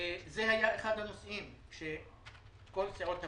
וזה היה אחד הנושאים שכל סיעות הבית,